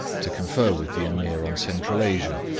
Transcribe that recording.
to confer with the ameer on central asia,